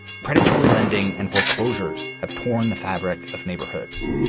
predatory lending and foreclosures have torn the fabric of neighborhoods.